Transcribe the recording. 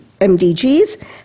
MDGs